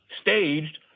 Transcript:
staged